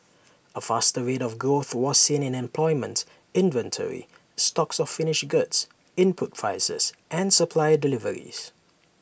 A faster rate of growth was seen in employment inventory stocks of finished goods input prices and supplier deliveries